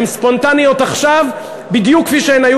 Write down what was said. הן ספונטניות עכשיו בדיוק כפי שהן היו